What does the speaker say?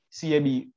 CAB